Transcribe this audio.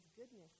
goodness